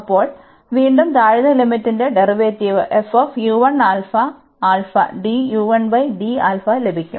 അപ്പോൾ വീണ്ടും താഴ്ന്ന ലിമിറ്റിന്റെ ഡെറിവേറ്റീവ് ലഭിക്കും